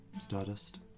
Stardust